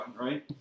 right